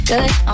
Good